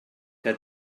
que